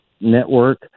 network